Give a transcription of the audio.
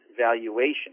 valuation